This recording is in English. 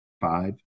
five